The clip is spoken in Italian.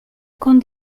con